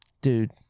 Dude